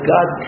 God